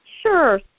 sure